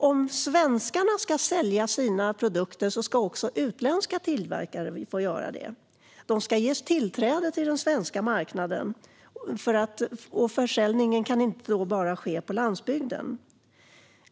Om svenskarna ska sälja sina produkter ska också utländska tillverkare få göra det. De ska ges tillträde till den svenska marknaden, och försäljning kan inte bara ske på landsbygden.